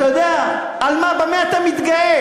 אתה יודע במה אתה מתגאה?